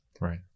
Right